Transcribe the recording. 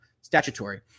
Statutory